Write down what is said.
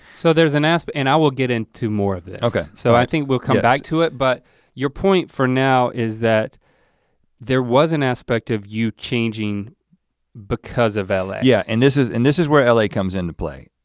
so there's an aspect, and i will get into more of this. okay. so i think we'll come back to it but your point for now is that there was an aspect of you changing because of l a. yeah and this is and this is where l a. comes into play.